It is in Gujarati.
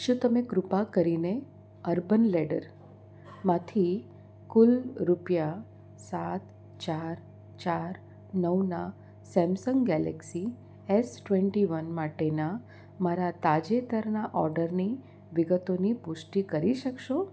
શું તમે કૃપા કરીને અર્બન લેડરમાંથી કુલ રૂપિયા સાત ચાર ચાર નવના Samsung Galaxy S twenty one માટેના મારા તાજેતરના ઓર્ડરની વિગતોની પુષ્ટી કરી શકશો